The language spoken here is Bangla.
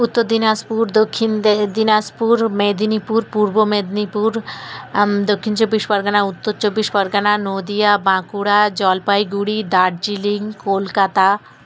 উত্তর দিনাজপুর দক্ষিণ দিনাজপুর মেদিনীপুর পূর্ব মেদিনীপুর দক্ষিণ চব্বিশ পরগনা উত্তর চব্বিশ পরগনা নদীয়া বাঁকুড়া জলপাইগুড়ি দার্জিলিং কলকাতা